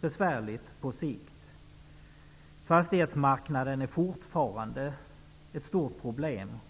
besvärligt på sikt. Fastighetsmarknaden är fortfarande ett stort problem.